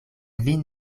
kvin